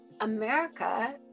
America